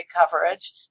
coverage